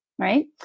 Right